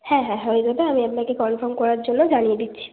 হ্যাঁ হ্যাঁ হয়ে যাবে আমি আপনাকে কনফার্ম করার জন্য জানিয়ে দিচ্ছি